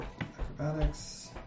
acrobatics